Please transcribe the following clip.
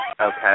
Okay